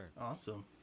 awesome